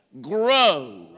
grow